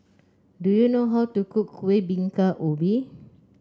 do you know how to cook Kuih Bingka Ubi